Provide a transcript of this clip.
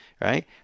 right